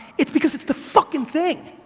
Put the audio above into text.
it's because it's the fucking thing.